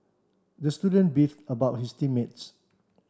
the student beef about his team mates